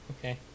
Okay